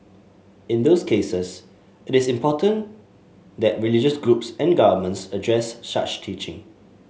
in those cases it is important that religious groups and governments address such teaching